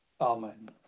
Amen